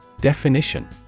Definition